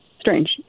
strange